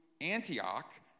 Antioch